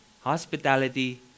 Hospitality